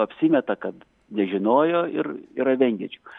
apsimeta kad nežinojo ir yra vengiančių